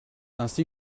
ainsi